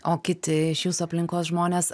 o kiti iš jūsų aplinkos žmonės